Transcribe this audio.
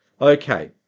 Okay